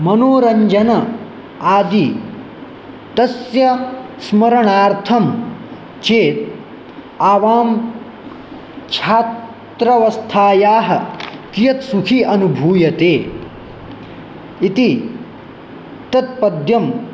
मनोरञ्जन आदि तस्य स्मरणार्थं चेत् आवां छात्रावस्थायाः कियत्सुखम् अनुभूयते इति तत्पद्यं